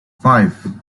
five